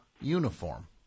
uniform